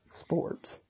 sports